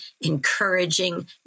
encouraging